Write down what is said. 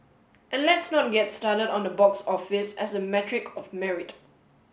and let's not get started on the box office as a metric of merit